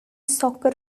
soccer